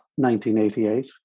1988